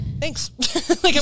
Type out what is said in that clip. thanks